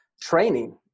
training